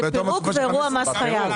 אז זה פירוק ואירוע מס חייב.